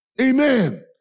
Amen